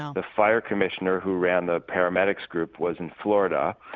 ah the fire commissioner who ran the paramedics group was in florida.